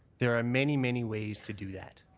there are many, many ways to do that.